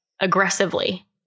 aggressively